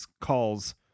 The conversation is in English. calls